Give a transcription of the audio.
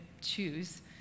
choose